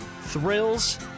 thrills